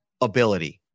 ability